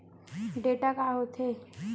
Data का होथे?